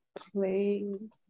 playing